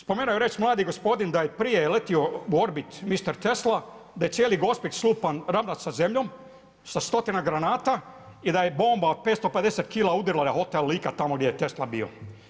Spomenuo je reći mladi gospodin da je prije letio u orbit mister Tesla, da je cijeli Gospić slupan, ravnat sa zemljom, sa stotina granata i da je bomba od 550 kila udrila hotel Lika, tamo gdje je Tesla bio.